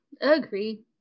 Agree